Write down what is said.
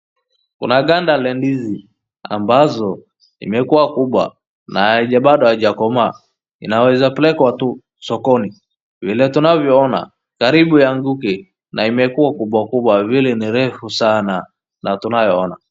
Kuna ganda la ndizi, ambazo zimekuwa kubwa na yenye bado hazijakomaa, zinaweza pelekwa tu sokoni, vile tunavyoona karibu ianguke na imekuwa kubwakubwa vile ni refu sana na tunayoona.